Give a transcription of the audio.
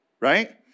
right